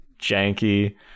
janky